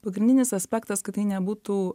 pagrindinis aspektas kad tai nebūtų